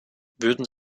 würden